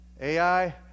AI